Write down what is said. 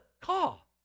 call